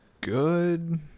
good